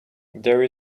there